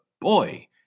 boy